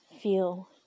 feel